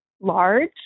large